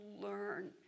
learn